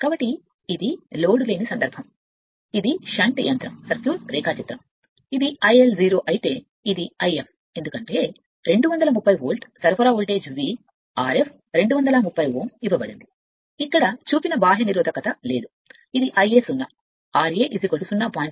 కాబట్టి ఇది లోడ్ పరిస్థితులు కాదు ఇది షంట్ యంత్రం సర్క్యూట్ రేఖాచిత్రం ఇది IL 0 అయితే ఇది If ఎందుకంటే 230 వోల్ట్ సరఫరా వోల్టేజ్ V Rf 230 Ω కి ఇవ్వబడుతుంది e ఇక్కడ చూపిన బాహ్య నిరోధకత లేదు Ia 0 ఇది Ia 0 అని పిలుస్తుంది ra కి 0